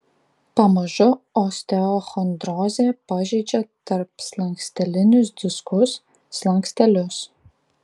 pamažu osteochondrozė pažeidžia tarpslankstelinius diskus slankstelius